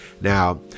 Now